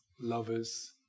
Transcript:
lovers